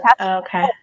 okay